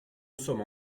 sommes